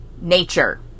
nature